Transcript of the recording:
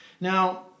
Now